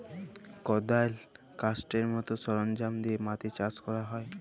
কদাল, ক্যাস্তের মত সরলজাম দিয়ে মাটি চাষ ক্যরা হ্যয়